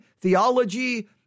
theology